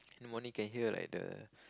in the morning you can hear like the